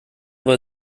war